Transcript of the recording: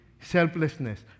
selflessness